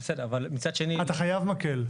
אתה חייב מקל.